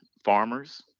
farmers